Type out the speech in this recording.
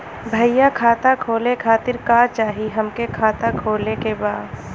भईया खाता खोले खातिर का चाही हमके खाता खोले के बा?